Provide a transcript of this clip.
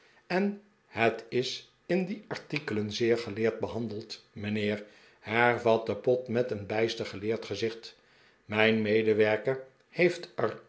en het is in die artikelen zeer geleerd behandeld mijnheer hervatte pott met een bijster geleerd gezicht mijn medewerker heeft